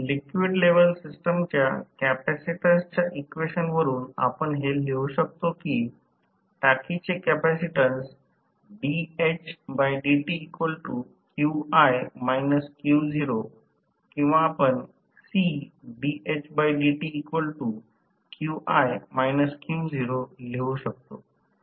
liquid level सिस्टमच्या कॅपेसिटन्सच्या equation वरून आपण हे लिहू शकतो की टाकीचे कपॅसिटीन्स किंवा आपण लिहू शकतो